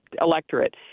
electorate